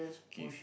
Kith